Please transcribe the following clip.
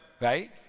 right